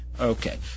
Okay